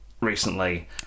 recently